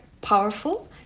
powerful